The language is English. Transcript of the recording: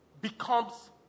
becomes